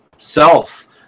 self